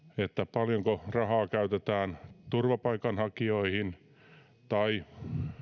paljonko rahaa käytetään turvapaikanhakijoihin tai